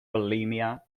bulimia